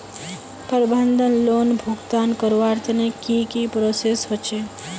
प्रबंधन लोन भुगतान करवार तने की की प्रोसेस होचे?